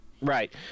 Right